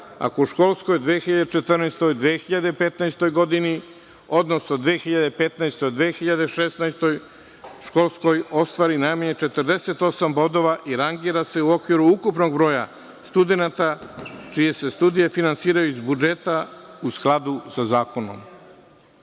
ako u školskoj 2014, 2015. godini, odnosno 2015, 2016. školskoj ostvari najmanje 48 bodova i rangira se u okviru ukupnog broja studenata čije se studije finansiraju iz budžeta u skladu sa zakonom. Smatram